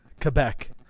quebec